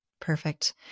Perfect